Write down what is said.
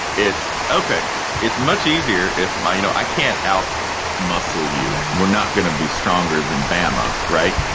it's ok it's much easier if my you know, i can't out muscle you. we're not going to be stronger than bama. right.